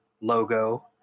logo